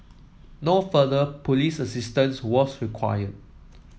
no further police assistance was required